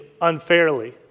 unfairly